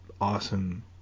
awesome